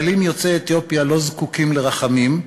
ישראלים יוצאי אתיופיה לא זקוקים לרחמים,